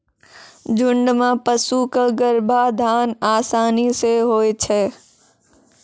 झुंड म पशु क गर्भाधान आसानी सें होय छै